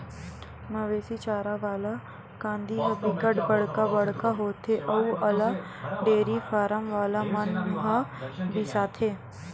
मवेशी चारा वाला कांदी ह बिकट बड़का बड़का होथे अउ एला डेयरी फारम वाला मन ह बिसाथे